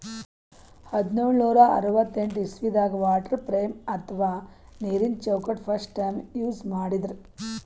ಹದ್ದ್ನೋಳ್ ನೂರಾ ಅರವತ್ತೆಂಟ್ ಇಸವಿದಾಗ್ ವಾಟರ್ ಫ್ರೇಮ್ ಅಥವಾ ನೀರಿನ ಚೌಕಟ್ಟ್ ಫಸ್ಟ್ ಟೈಮ್ ಯೂಸ್ ಮಾಡಿದ್ರ್